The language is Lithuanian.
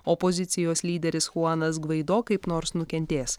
opozicijos lyderis chuanas gvaido kaip nors nukentės